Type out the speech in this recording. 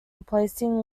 replacing